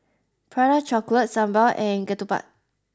Prata Chocolate Sambal and Ketupat